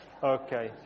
Okay